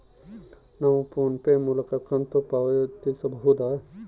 ನಾವು PhonePe ಮೂಲಕ ಕಂತು ಪಾವತಿಸಬಹುದಾ?